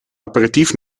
aperitief